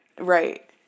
Right